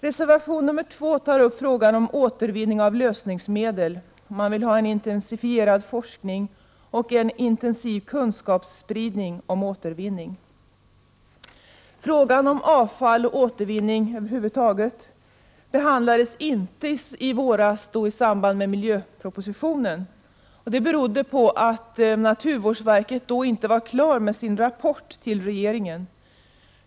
Reservation nr 2 tar upp frågan om återvinning av lösningsmedel, och reservanterna vill ha en intensifierad forskning och en intensiv kunskapsspridning om återvinning. Frågan om avfall och återvinning över huvud taget behandlades inte i våras i samband med miljöpropositionen. Det berodde på att naturvårdsverkets rapport till regeringen inte var klar.